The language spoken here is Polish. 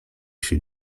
się